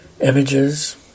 images